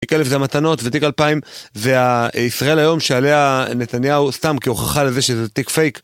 תיק אלף זה המתנות ותיק אלפיים זה ישראל היום שעליה נתניהו סתם כהוכחה לזה שזה תיק פייק